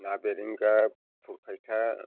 ना बेरेंगा थुफायखा